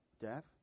death